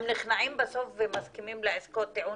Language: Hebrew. הם נכנעים בסוף ומסכימים לעסקות טיעון